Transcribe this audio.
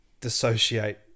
dissociate